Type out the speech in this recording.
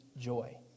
joy